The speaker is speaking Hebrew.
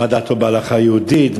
מה דעתו בהלכה היהודית,